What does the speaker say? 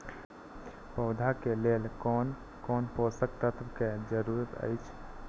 पौधा के लेल कोन कोन पोषक तत्व के जरूरत अइछ?